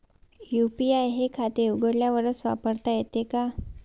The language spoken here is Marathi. यू.पी.आय हे खाते उघडल्यावरच वापरता येते का?